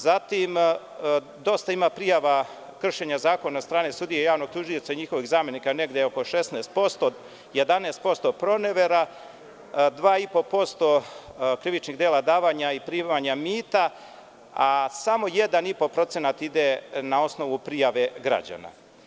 Zatim dosta ima prijava kršenja zakona od strane sudije, javnog tužioca i njihovih zamenika negde oko 16%, 11%, pronevera, 2,5% krivičnih dela davanja i primanja mita, a samo 1,5% ide na osnovu prijave građana.